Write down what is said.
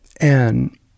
and-